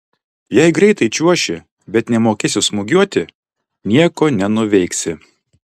jei greitai čiuoši bet nemokėsi smūgiuoti nieko nenuveiksi